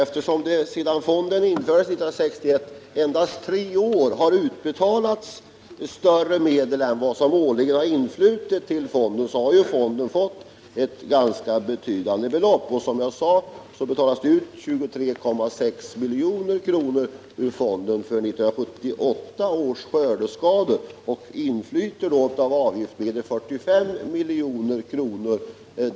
Herr talman! Sedan fonden infördes 1961 har det endast tre år utbetalats större belopp än som årligen har influtit till fonden. Fonden har därför fått ett ganska betydande belopp. Som jag sade betalas det ut 26,3 milj.kr. ur fonden för 1978 års skördeskador och inflyter av avgiftsmedel 45 milj.kr.